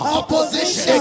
opposition